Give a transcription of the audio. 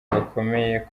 bakomeye